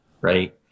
right